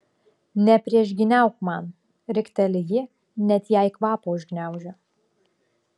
nepriešgyniauk man rikteli ji net jai kvapą užgniaužia